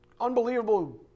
unbelievable